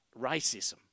racism